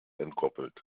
entkoppelt